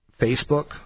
Facebook